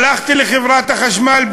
הלכתי לחברת החשמל,